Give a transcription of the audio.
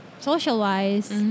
social-wise